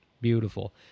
Beautiful